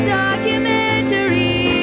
documentary